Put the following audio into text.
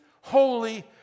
holy